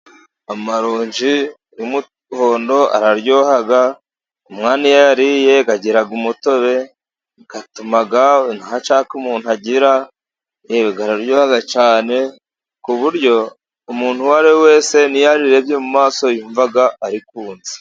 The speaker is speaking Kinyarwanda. Amaronji y'umuhondo araryoha umwana iyo ayariye agira umutobe, atuma nta cyaka umuntu agira, yewe riraryoza cyane ku buryo umuntu uwo ari we wese n'iyo arirebye mu maso yumva arikunze.